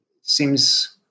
seems